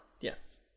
Yes